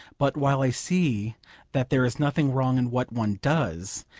but while i see that there is nothing wrong in what one does,